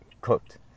cooked